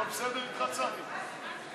קבוצת סיעת המחנה הציוני,